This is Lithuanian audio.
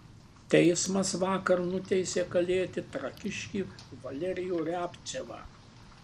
teismas vakar nuteisė kalėti trakiškį valerijų riabcevą